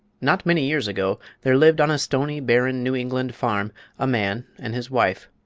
not many years ago there lived on a stony, barren new england farm a man and his wife.